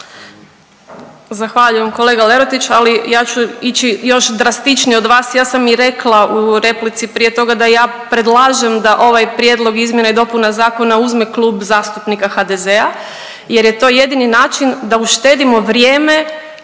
Zahvaljujem kolega Lerotić, ali ja ću ići još drastičnije od vas, ja sam i rekla u replici prije toga da ja predlažem da ovaj prijedlog izmjena i dopuna zakona uzme Klub zastupnika HDZ-a jer je to jedini način da uštedimo vrijeme